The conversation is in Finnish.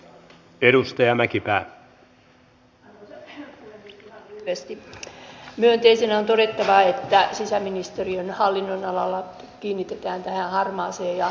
säätämisjärjestystä koskien on laadittu myös virkamiesmuistio jossa tuodaan esiin keskeiset perusteet tälle kannanotolle